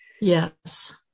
Yes